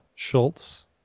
Schultz